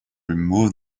remove